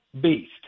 beast